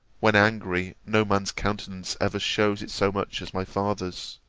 when angry, no man's countenance ever shews it so much as my father's.